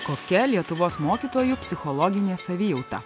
kokia lietuvos mokytojų psichologinė savijauta